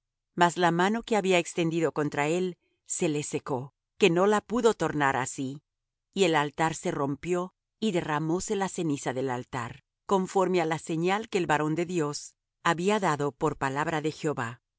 mas la mano que había extendido contra él se le secó que no la pudo tornar á sí y el altar se rompió y derramóse la ceniza del altar conforme á la señal que el varón de dios había dado por palabra de jehová